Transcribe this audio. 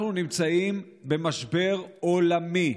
אנחנו נמצאים במשבר עולמי,